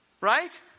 Right